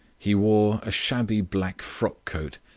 he wore a shabby black frock-coat,